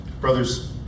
Brothers